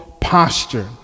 posture